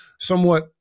somewhat